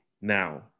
Now